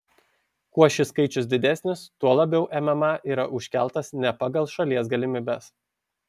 kuo šis skaičius didesnis tuo labiau mma yra užkeltas ne pagal šalies galimybes